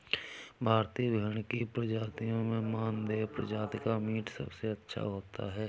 भारतीय भेड़ की प्रजातियों में मानदेय प्रजाति का मीट सबसे अच्छा होता है